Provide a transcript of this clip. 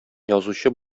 язучы